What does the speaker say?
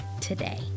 today